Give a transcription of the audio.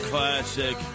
Classic